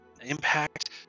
impact